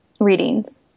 readings